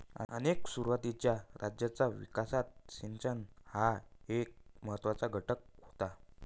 अनेक सुरुवातीच्या राज्यांच्या विकासात सिंचन हा एक महत्त्वाचा घटक होता